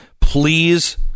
Please